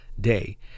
day